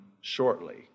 shortly